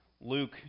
Luke